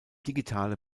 digitale